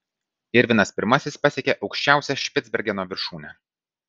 irvinas pirmasis pasiekė aukščiausią špicbergeno viršūnę